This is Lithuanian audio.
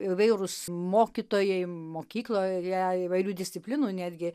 įvairūs mokytojai mokykloje įvairių disciplinų netgi